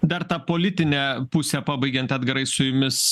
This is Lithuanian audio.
dar tą politinę pusę pabaigiant edgarai su jumis